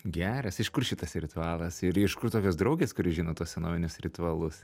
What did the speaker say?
geras iš kur šitas ritualas ir iš kur tokios draugės kurios žino tuos senovinius ritualus